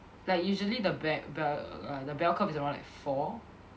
like usually the bad b~ the bell curve is around like four